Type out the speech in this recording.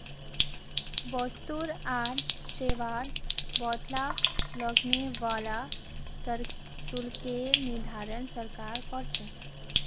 वस्तु आर सेवार बदला लगने वाला शुल्केर निर्धारण सरकार कर छेक